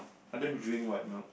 I don't drink white milk